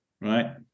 right